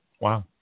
Wow